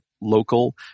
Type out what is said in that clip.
local